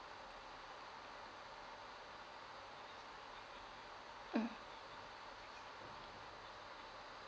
mm